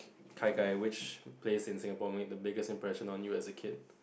kai kai which place in Singapore made the biggest impression on you as a kid